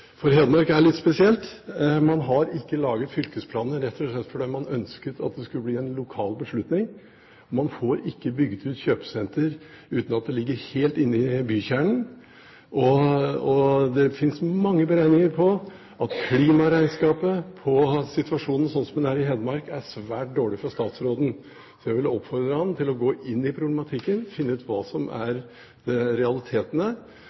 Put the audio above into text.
For Hedmark er litt spesielt. Man har ikke laget fylkesplaner, rett og slett fordi man ønsket at det skulle bli en lokal beslutning. Man får ikke bygget ut kjøpesenter uten at det ligger helt inne i bykjernen. Det finnes mange beregninger på at klimaregnskapet når det gjelder situasjonen slik som den er i Hedmark, er svært dårlig for statsråden. Så jeg vil oppfordre ham til å gå inn i problematikken, finne ut hva som er realitetene,